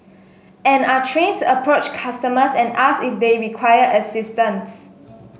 and are trained to approach customers and ask if they require assistance